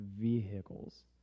vehicles